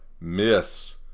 miss